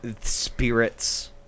spirits –